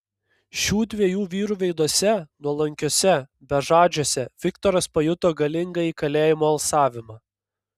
šių dviejų vyrų veiduose nuolankiuose bežadžiuose viktoras pajuto galingąjį kalėjimo alsavimą